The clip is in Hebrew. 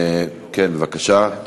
כן, בבקשה,